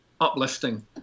uplifting